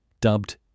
dubbed